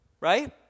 right